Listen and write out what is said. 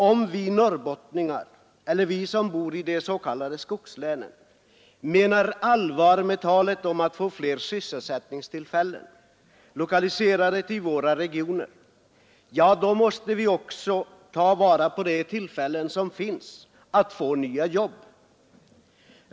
Om vi norrbottningar, eller vi som bor i de s.k. skogslänen, menar allvar med talet om att få flera sysselsättningstillfällen lokaliserade till våra regioner, måste vi också ta vara på de tillfällen som finns att få nya jobb.